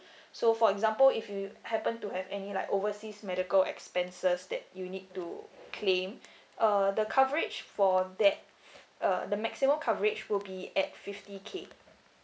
so for example if you happen to have any like overseas medical expenses that you need to claim uh the coverage for that uh the maximum coverage will be at fifty K